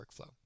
workflow